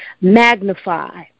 Magnify